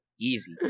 easy